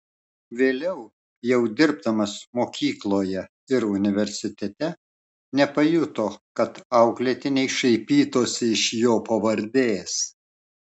vėliau jau dirbdamas mokykloje ir universitete nepajuto kad auklėtiniai šaipytųsi iš jo pavardės